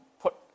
put